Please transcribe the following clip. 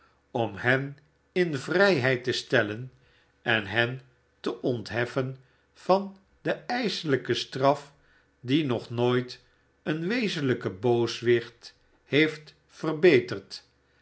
m hen in vrijheid te stellen en hen te ontheffen van de ijselijke straf die nog nooit een wezenlijken booswicht heeft verbeterd